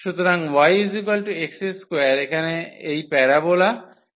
সুতরাং y x2 এখানে এই প্যারাবোলা